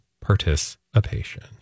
participation